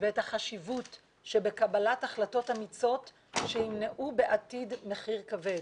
ואת החשיבות שבקבלת החלטות אמיצות שימנעו בעתיד מחיר כבד.